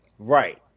Right